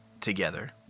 together